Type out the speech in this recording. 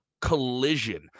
collision